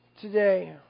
today